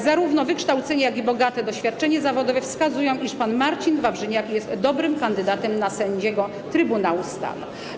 Zarówno wykształcenie, jak i bogate doświadczenie zawodowe wskazują, że pan Marcin Wawrzyniak jest dobrym kandydatem na sędziego Trybunału Stanu.